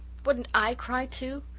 wouldn't i cry, too?